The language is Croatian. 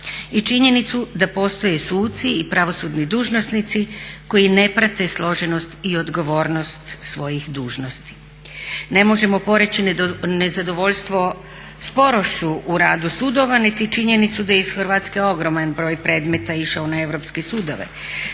i činjenicu da postoje suci i pravosudni dužnosnici koji ne prate složenost i odgovornost svojih dužnosti. Ne možemo poreći nezadovoljstvo sporošću u radu sudova niti činjenicu da je iz Hrvatske ogroman broj predmeta išao na europske sudove.